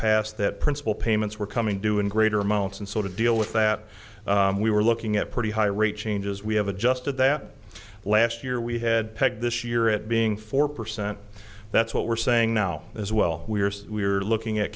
past that principal payments were coming due in greater amounts and so to deal with that we were looking at pretty high rate changes we have adjusted that last year we had pegged this year it being four percent that's what we're saying now as well we are we are looking at